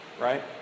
right